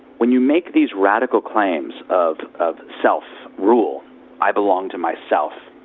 when you make these radical claims of of self-rule i belong to myself